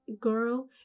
girl